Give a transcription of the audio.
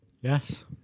Yes